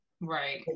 Right